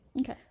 Okay